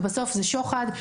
ובסוף זה שוחד,